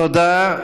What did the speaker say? תודה.